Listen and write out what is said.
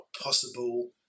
possible